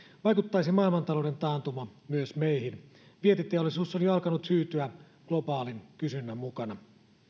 vaikuttaisi maailmantalouden taantuma myös meihin vientiteollisuus on jo alkanut hyytyä globaalin kysynnän mukana